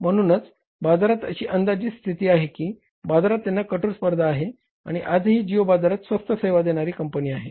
म्हणूनच बाजारात अशी अंदाजित स्थिती आहे की बाजारात त्यांना कठोर स्पर्धा आहे आणि आजही जिओ बाजारात स्वस्त सेवा देणारी कंपनी आहे